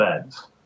beds